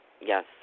Yes